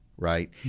Right